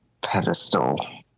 pedestal